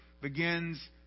begins